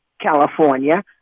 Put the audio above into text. California